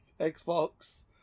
Xbox